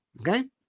Okay